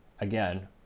again